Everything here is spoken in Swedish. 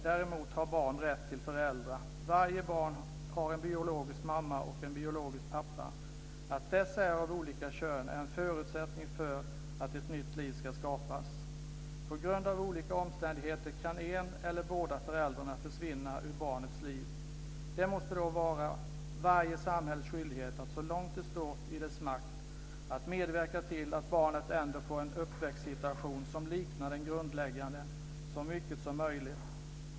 Däremot har barn rätt till föräldrar. Varje barn har en biologisk mamma och en biologisk pappa. Att dessa är av olika kön är en förutsättning för att ett nytt liv ska skapas. På grund av olika omständigheter kan en eller båda föräldrarna försvinna ur barnets liv. Det måste vara varje samhälles skyldighet att så långt det står i dess makt att medverka till att barnet ändå får en uppväxtsituation som liknar den grundläggande så mycket som möjligt.